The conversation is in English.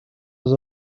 was